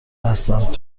هستند